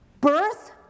birth